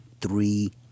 three